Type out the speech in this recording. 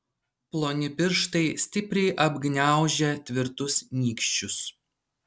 ploni pirštai stipriai apgniaužę tvirtus nykščius